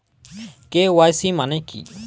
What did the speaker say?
KYC মানে কী?